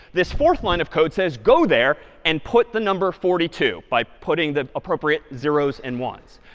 this fourth line of code says, go there and put the number forty two by putting the appropriate zeros and ones.